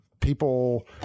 people